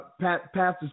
pastor's